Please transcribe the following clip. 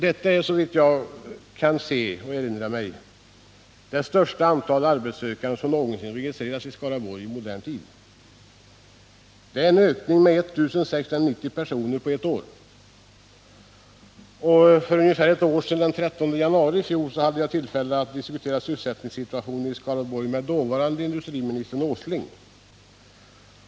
Det är, såvitt jag kan erinra mig, det största antal arbetssökande som någonsin registrerats i Skaraborgs län. Det är en ökning med 1 690 personer på ett år. För ungefär ett år sedan, den 13 januari i fjol, hade jag tillfälle att diskutera sysselsättningssituationen i Skaraborgs län med dåvarande industriministern Åsling.